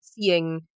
seeing